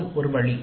அது ஒரு வழி